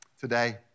today